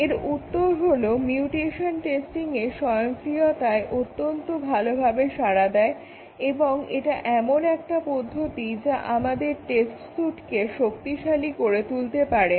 এর উত্তর হলো মিউটেশন টেস্টিং স্বয়ংক্রিয়তায় অত্যন্ত ভালোভাবে সাড়া দেয় এবং এটা এমন একটা পদ্ধতি যা আমাদের টেস্ট সুটকে শক্তিশালী করে তুলতে পারে